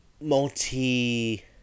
multi